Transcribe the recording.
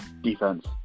defense